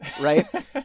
right